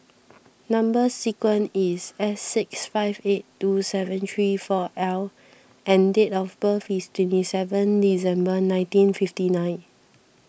Number Sequence is S six five eight two seven three four L and date of birth is twenty seven December nineteen fifty nine